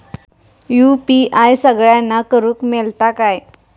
UPI सगळ्यांना करुक मेलता काय?